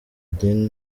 idini